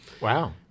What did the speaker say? Wow